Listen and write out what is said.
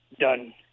done